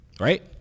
right